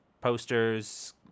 posters